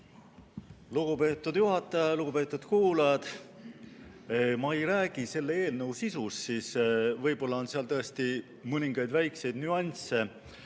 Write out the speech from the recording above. Lugupeetud juhataja! Lugupeetud kuulajad! Ma ei räägi selle eelnõu sisust, võib-olla on seal tõesti mõningaid väikeseid nüansse,